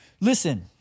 listen